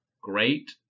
great